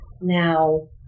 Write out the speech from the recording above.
now